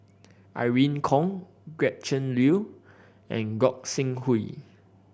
Irene Khong Gretchen Liu and Gog Sing Hooi